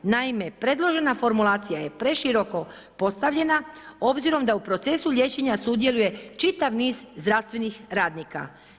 Naime, predložena formulacija je preširoko postavljena obzirom da u procesu liječenja sudjeluje čitav niz zdravstvenih radnika.